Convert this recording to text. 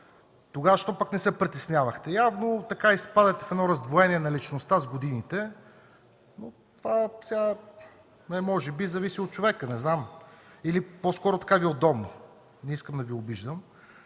тогава не се притеснявахте? Явно изпадате в едно раздвоение на личността с годините, но може би зависи от човека, не знам или по-скоро така Ви е удобно, не искам да Ви обиждам.